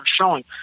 showing